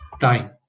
time